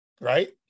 Right